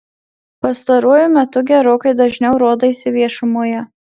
pastaruoju metu gerokai dažniau rodaisi viešumoje